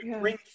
bring